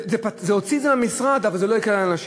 זה הוציא את זה מהמשרד אבל זה לא הקל על אנשים.